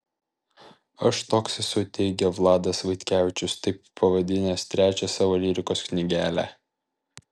aš toks esu teigia vladas vaitkevičius taip pavadinęs trečią savo lyrikos knygelę